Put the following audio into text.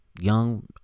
Young